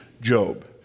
Job